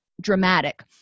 dramatic